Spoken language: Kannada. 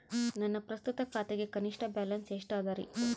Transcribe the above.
ನನ್ನ ಪ್ರಸ್ತುತ ಖಾತೆಗೆ ಕನಿಷ್ಠ ಬ್ಯಾಲೆನ್ಸ್ ಎಷ್ಟು ಅದರಿ?